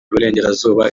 burengerazuba